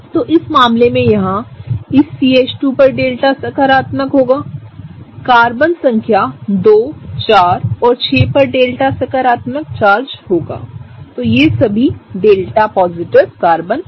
तो इस मामले में यहाँ इस CH2 पर डेल्टा सकारात्मक होगाकार्बन संख्या 2 4 और 6 पर डेल्टा सकारात्मक चार्ज होगा तो यह सभी डेल्टा पॉजिटिव कार्बन हैं